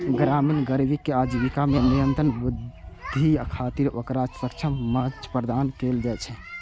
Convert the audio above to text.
ग्रामीण गरीबक आजीविका मे निरंतर वृद्धि खातिर ओकरा सक्षम मंच प्रदान कैल जाइ छै